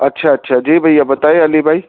اچھا اچھا جی بھیا بتائیے علی بھائی